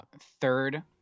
third